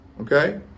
Okay